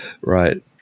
Right